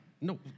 No